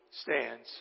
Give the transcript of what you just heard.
stands